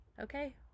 Okay